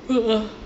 a'ah